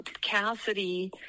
Cassidy